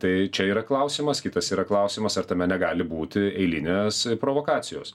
tai čia yra klausimas kitas yra klausimas ar tame negali būti eilinės provokacijos